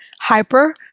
hyper